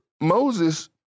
Moses